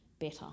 better